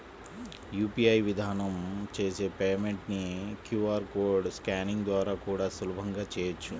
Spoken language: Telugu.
యూ.పీ.ఐ విధానం చేసే పేమెంట్ ని క్యూ.ఆర్ కోడ్ స్కానింగ్ ద్వారా కూడా సులభంగా చెయ్యొచ్చు